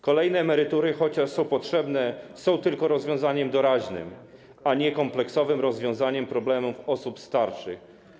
Kolejne emerytury, chociaż są potrzebne, są tylko rozwiązaniem doraźnym, a nie kompleksowym rozwiązaniem problemów osób starszych.